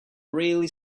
really